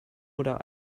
oder